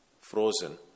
frozen